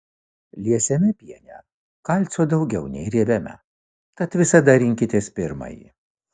liesame piene kalcio daugiau nei riebiame tad visada rinkitės pirmąjį